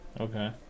Okay